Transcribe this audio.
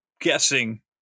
guessing